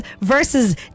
versus